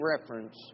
reference